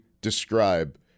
describe